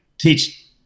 teach